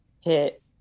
hit